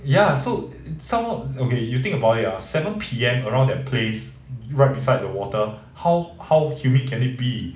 ya so sounds okay you think about it ah seven P_M around that place right beside the water how how humid can it be